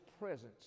presence